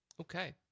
Okay